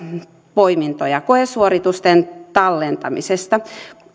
poimintoja koesuoritusten tallentamisesta